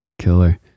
Killer